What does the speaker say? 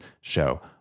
show